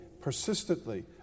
persistently